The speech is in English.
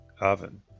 oven